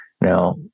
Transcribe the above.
Now